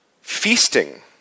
feasting